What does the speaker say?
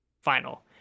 final